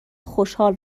خوشحال